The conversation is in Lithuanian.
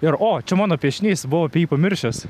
ir o čia mano piešinys buvau apie jį pamiršęs